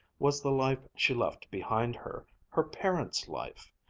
was the life she left behind her, her parents' life.